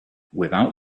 without